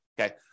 okay